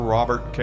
Robert